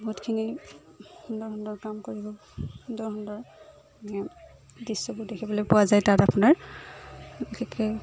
বহুতখিনি সুন্দৰ সুন্দৰ কাম কৰিবও সুন্দৰ সুন্দৰ মানে দৃশ্যবোৰ দেখিবলৈ পোৱা যায় তাত আপোনাৰ বিশেষকৈ